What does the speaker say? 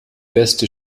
beste